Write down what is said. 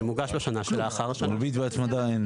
שמוגש בשנה שלאחר --- אין על זה ריבית והצמדה.